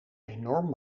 enorm